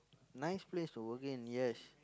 nice place to work in yes